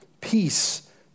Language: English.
peace